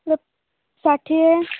ଷାଠିଏ